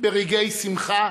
ברגעי השמחה